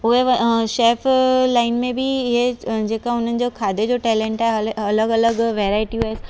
उहे chef line में बि इहे जेको हुननि जो खाधे जो टेलेंट आहे उहे अलॻि अलॻि वैराइटी आहिनि